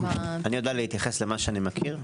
אני יודע להתייחס למה שאני מכיר.